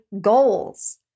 goals